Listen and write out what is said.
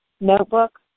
notebook